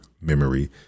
memory